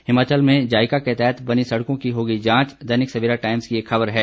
हिमाचल में जाइका के तहत बनी सड़कों की होगी जांच दैनिक सेवरा टाइम्स की एक ख़बर है